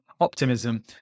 optimism